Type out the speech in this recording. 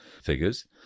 figures